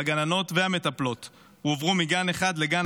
והגננות והמטפלות הועברו מגן אחד לגן